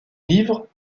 livres